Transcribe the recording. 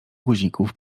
guzików